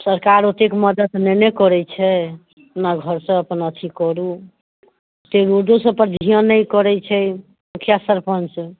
सरकार ओतेक मदद नहि ने करैत छै अपना घरसँ अपन अथी करू ओतेक रोडो सब पर ध्यान नहि करैत छै मुखिआ सरपञ्च